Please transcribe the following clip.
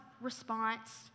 response